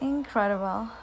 Incredible